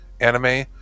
anime